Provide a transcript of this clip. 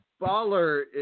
baller